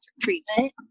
treatment